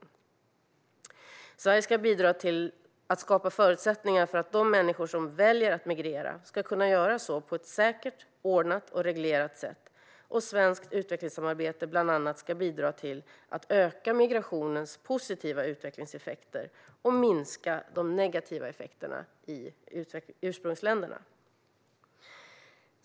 I policyramverket slås också fast att Sverige ska bidra till att skapa förutsättningar för att de människor som väljer att migrera ska kunna göra så på ett säkert, ordnat och reglerat sätt. Svenskt utvecklingssamarbete ska bland annat bidra till att öka migrationens positiva utvecklingseffekter och minska de negativa effekterna i ursprungsländerna.